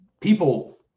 people